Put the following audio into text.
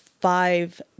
five